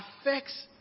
affects